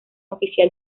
oficial